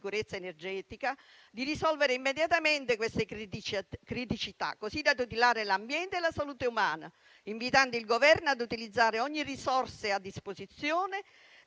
di risolvere immediatamente queste criticità, così da tutelare l'ambiente e la salute umana, invitando il Governo ad utilizzare ogni risorsa a disposizione,